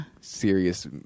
Serious